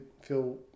feel